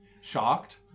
Shocked